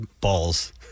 balls